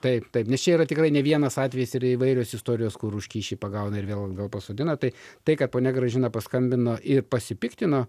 taip taip nes čia yra tikrai ne vienas atvejis ir įvairios istorijos kur už kyšį pagauna ir vėl atgal pasodina tai tai kad ponia gražina paskambino ir pasipiktino